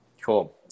Cool